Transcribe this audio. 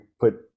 put